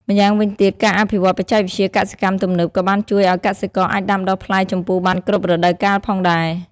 ម្យ៉ាងវិញទៀត ការអភិវឌ្ឍន៍បច្ចេកវិទ្យាកសិកម្មទំនើបក៏បានជួយឱ្យកសិករអាចដាំដុះផ្លែជម្ពូបានគ្រប់រដូវកាលផងដែរ។